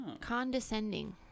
Condescending